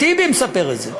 טיבי מספר את זה.